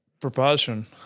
Propulsion